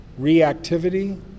reactivity